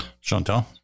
Chantal